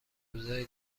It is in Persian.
روزای